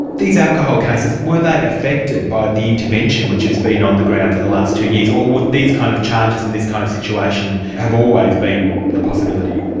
these alcohol cases, were they affected by the intervention, which has been on the ground for the last two years, or would these kind of charges and this kind of situation have always been a possibility?